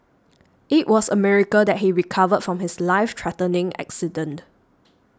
it was a miracle that he recovered from his life threatening accident